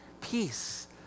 Peace